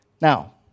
Now